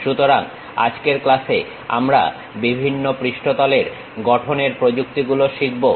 সুতরাং আজকের ক্লাসে আমরা বিভিন্ন পৃষ্ঠতলের গঠনের প্রযুক্তি গুলো শিখবো